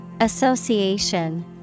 Association